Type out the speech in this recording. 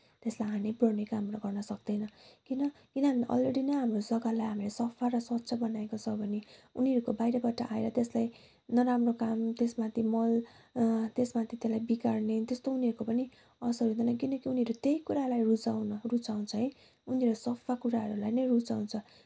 त्यसलाई हानि पुऱ्याउने कामहरू गर्न सक्दैन किन किनभने अलरेडी नै हामीले हाम्रो जग्गाहरूलाई सफा र स्वच्छ बनाएको छ भने उनीहरूको बाहिरबाट आएर त्यसलाई नराम्रो काम त्यसमाथि मल त्यसमाथि त्यसलाई बिगार्ने त्सस्तो उनीहरूको पनि असर हुँदैन किनकि उनीहरू त्यही कुरालाई रुचाउन रुचाउँछ है उनीहरूले सफा कुराहरूलाई नै रुचाउँछ